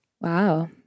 Wow